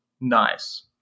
nice